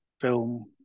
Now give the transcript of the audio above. film